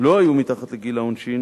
לא היו מתחת לגיל העונשין